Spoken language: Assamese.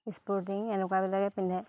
স্প'ৰ্টিং এনেকুৱাবিলাকে পিন্ধে